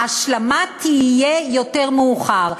ההשלמה תהיה יותר מאוחר.